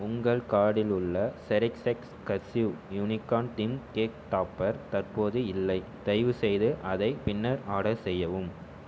உங்கள் கார்டில் உள்ள cherish X cursive unicorn theme cake topper தற்போது இல்லை தயவுசெய்து அதை பின்னர் ஆர்டர் செய்யவும்